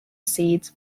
seeds